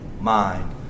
mind